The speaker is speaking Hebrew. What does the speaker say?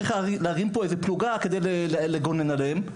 צריך להרים איזו פלוגה כדי לגונן עליהם?